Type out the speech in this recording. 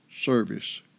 service